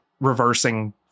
reversing